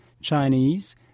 Chinese